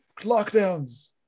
lockdowns